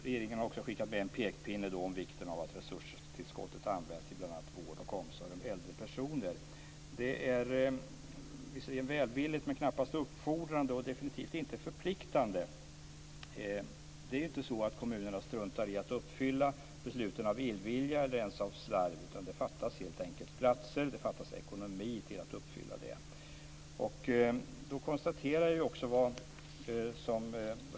Regeringen har också skickat med en pekpinne om vikten av att resurstillskottet används till bl.a. vård och omsorg om äldre personer. Det är visserligen välvilligt men knappast uppfordrande och definitivt inte förpliktande. Det är inte så att kommunerna struntar i att uppfylla besluten av illvilja eller ens av slarv. Det fattas helt enkelt platser och ekonomi för att uppfylla dem.